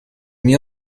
mir